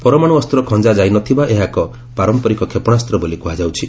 ପରମାଣ୍ର ଅସ୍ତ ଖଞ୍ଜାଯାଇନଥିବା ଏହା ଏକ ପାରମ୍ପରିକ କ୍ଷେପଣାସ୍ତ ବୋଲି କୁହାଯାଉଛି